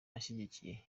ashyigikiye